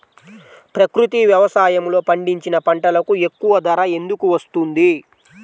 ప్రకృతి వ్యవసాయములో పండించిన పంటలకు ఎక్కువ ధర ఎందుకు వస్తుంది?